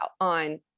on